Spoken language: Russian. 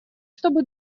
чтобы